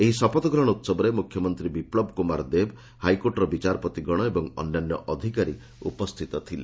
ଏହି ଶପଥଗ୍ରହଣ ଉହବରେ ମୁଖ୍ୟମନ୍ତ୍ରୀ ବିପ୍ଲବ କୁମାର ଦେବ ହାଇକୋର୍ଟର ବିଚାରପତିଗଣ ଓ ଅନ୍ୟାନ୍ୟ ଅଧିକାରୀମାନେ ଉପସ୍ଥିତ ଥିଲେ